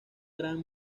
gran